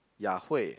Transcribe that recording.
Ya Hui